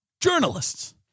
journalists